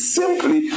simply